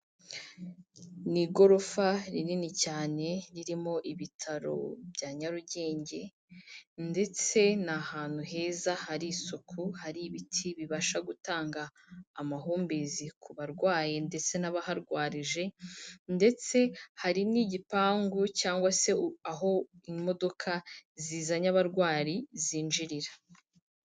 Ni igorofa rinini cyane ririmo ibitaro bya Nyarugenge ndetse ni ahantu heza hari isuku, hari ibiti bibasha gutanga amahumbezi ku barwayi ndetse n'abaharwarije ndetse hari n'igipangu cyangwa se aho imodoka zizanye abarwayi zinjirira.